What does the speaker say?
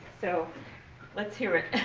so let's hear it.